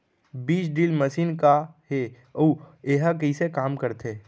बीज drill machine का हे अऊ एहा कइसे काम करथे?